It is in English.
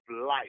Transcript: life